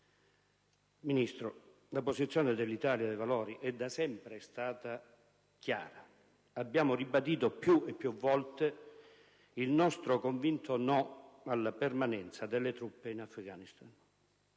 Ministro, la posizione dell'Italia dei Valori è da sempre stata chiara. Abbiamo ribadito più e più volte il nostro convinto no alla permanenza delle truppe in Afghanistan.